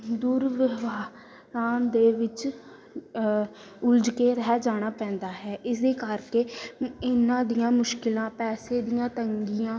ਦੁਰਵਿਵਹਾਰਾਂ ਦੇ ਵਿੱਚ ਉਲਝ ਕੇ ਰਹਿ ਜਾਣਾ ਪੈਂਦਾ ਹੈ ਇਸਦੇ ਕਰਕੇ ਇਹਨਾਂ ਦੀਆਂ ਮੁਸ਼ਕਿਲਾਂ ਪੈਸੇ ਦੀਆਂ ਤੰਗੀਆਂ